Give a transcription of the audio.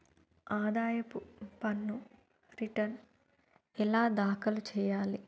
ఆదాయపు పన్ను రిటర్న్ ఎలా దాఖలు చెయ్యాలి